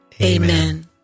Amen